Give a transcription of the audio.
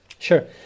Sure